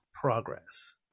progress